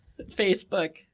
facebook